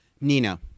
Nina